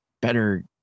better